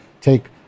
take